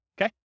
Okay